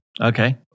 Okay